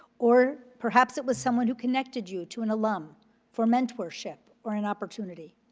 or perhaps it was someone who connected you to an alum for mentorship or an opportunity.